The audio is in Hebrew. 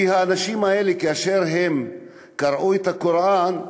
כי האנשים האלה, כאשר הם קרעו את הקוראן,